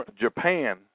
Japan